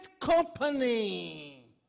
company